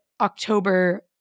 October